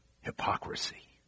Hypocrisy